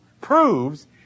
proves